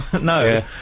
No